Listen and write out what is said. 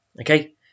Okay